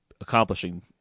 accomplishing